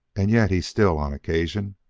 and yet he still, on occasion,